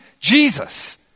Jesus